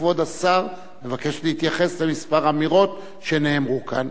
וכבוד השר מבקש להתייחס לכמה אמירות שנאמרו כאן.